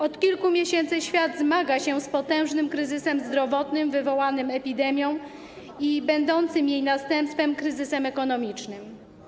Od kilku miesięcy świat zmaga się z potężnym kryzysem zdrowotnym wywołanym epidemią i będącym jej następstwem kryzysem ekonomicznym.